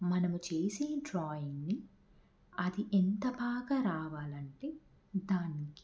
మనము చేసే డ్రాయింగ్ని అది ఎంత బాగా రావాలంటే దానికి